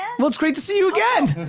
well it's great to see you again.